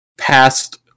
past